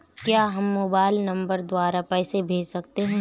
क्या हम mobile number द्वारा पैसे भेज सकते हैं?